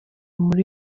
muri